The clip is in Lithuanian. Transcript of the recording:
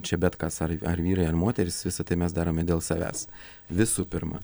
čia bet kas ar ar vyrai ar moterys visa tai mes darome dėl savęs visų pirma